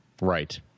right